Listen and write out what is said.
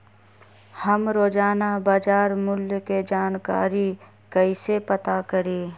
हम रोजाना बाजार मूल्य के जानकारी कईसे पता करी?